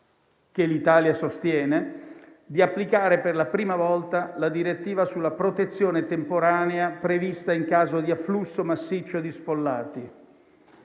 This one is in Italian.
che l'Italia sostiene - di applicare per la prima volta la direttiva sulla protezione temporanea prevista in caso di afflusso massiccio di sfollati.